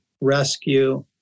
rescue